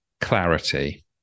clarity